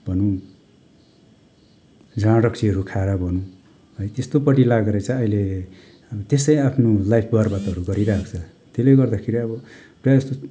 भनौँ जाडँ रक्सीहरू खाएर अब है त्यस्तोपट्टि लागेर चाहिँ अहिले त्यसै आफ्नो लाइफ बर्बादहरू गरिरहेको छ त्यसले गर्दाखेरि अब प्राय जस्तो